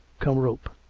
come rope!